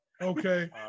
Okay